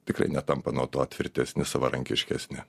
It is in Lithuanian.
tikrai netampa nuo to tvirtesni savarankiškesni